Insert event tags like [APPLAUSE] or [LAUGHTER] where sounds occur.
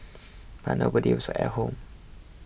[NOISE] but nobody was at home